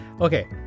okay